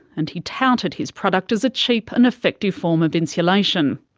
and he touted his product as a cheap and effective form of insulation.